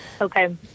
Okay